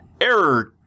Error